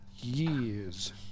years